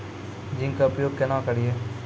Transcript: Zinc के उपयोग केना करये?